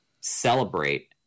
celebrate